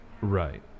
Right